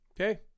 Okay